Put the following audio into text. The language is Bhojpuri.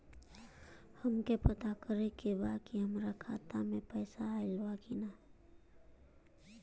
हमके पता करे के बा कि हमरे खाता में पैसा ऑइल बा कि ना?